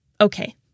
Okay